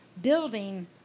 building